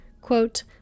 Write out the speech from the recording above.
Quote